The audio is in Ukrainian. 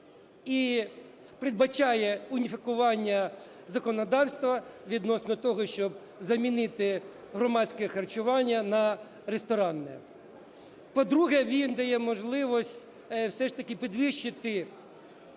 і передбачає уніфікування законодавства відносно того, щоб замінити громадське харчування на ресторанне. По-друге, він дає можливість все ж таки підвищити